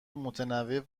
متنوع